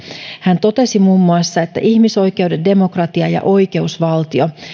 hän totesi muun muassa että ihmisoikeudet demokratia ja oikeusvaltio